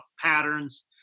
patterns